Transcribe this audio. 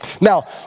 Now